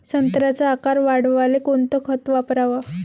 संत्र्याचा आकार वाढवाले कोणतं खत वापराव?